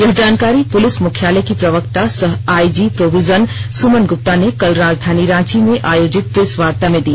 यह जानकारी पुलिस मुख्यालय की प्रवक्ता सह आइजी प्रोविजन सुमन ग्प्ता ने कल राजधानी रांची में आयोजित प्रेस वार्ता में दी